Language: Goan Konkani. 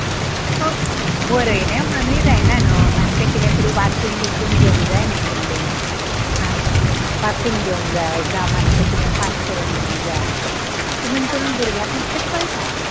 आं ओ बरयलें म्हणूनय जायना न्हय मातशें कितें तरी वाचून बिचून घेवंक जाय न्हय तुमी आं वाचून घेवंग जाय जावं मातशें कितें पाठ करून घेवंक जाय तातून करून भुरग्यांक मातशें कळटा